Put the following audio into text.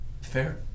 Fair